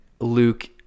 Luke